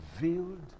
revealed